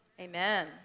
Amen